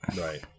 Right